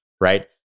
right